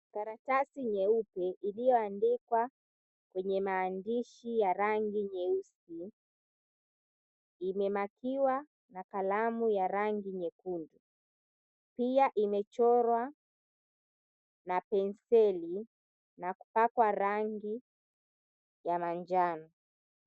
Karatasi nyeupe iliyoandikwa kwa maandishi ya rangi nyeusi imemarkiwa na kalamu ya rangi nyekundu pia imechorwa na penseli na kupakwa rangi ya manjano.